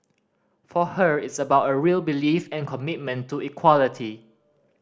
for her it's about a real belief and commitment to equality